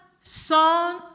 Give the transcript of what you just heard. Son